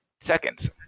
seconds